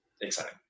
exciting